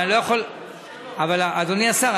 אבל אדוני השר,